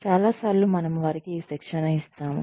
చాలా సార్లు మనము వారికి శిక్షణ ఇస్తాము